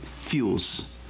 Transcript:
fuels